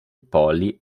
poli